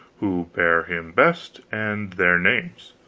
who bare him best, and their names.